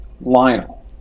Lionel